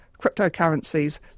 cryptocurrencies